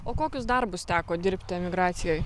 o kokius darbus teko dirbti emigracijoj